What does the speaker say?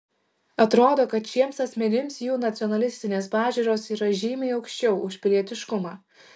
atrodo kad šiems asmenims jų nacionalistinės pažiūros yra žymiai aukščiau už pilietiškumą